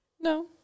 No